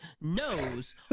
knows